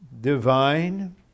divine